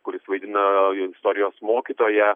kur jis vaidina istorijos mokytoją